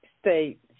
State